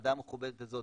והוועדה המכובדת הזאת,